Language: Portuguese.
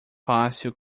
fácil